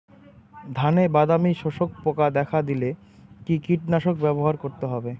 ধানে বাদামি শোষক পোকা দেখা দিলে কি কীটনাশক ব্যবহার করতে হবে?